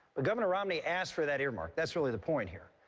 but governor romney asked for that earmark. that's really the point here.